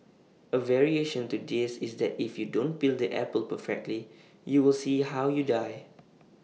A variation to this is that if you don't peel the apple perfectly you will see how you die